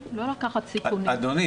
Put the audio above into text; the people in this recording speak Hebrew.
אדוני,